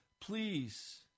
Please